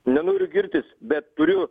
nenoriu girtis bet turiu